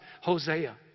Hosea